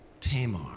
Tamar